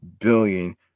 billion